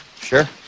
Sure